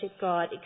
God